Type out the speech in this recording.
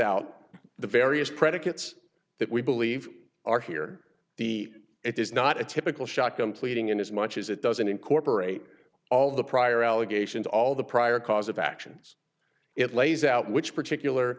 out the various predicates that we believe are here the it is not a typical shot completing in as much as it doesn't incorporate all the prior allegations all the prior cause of actions it lays out which particular